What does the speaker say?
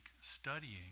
studying